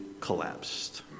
collapsed